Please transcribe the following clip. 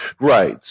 Right